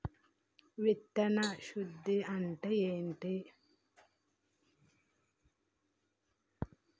విత్తన శుద్ధి అంటే ఏంటి?